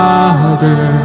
Father